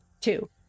two